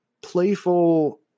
playful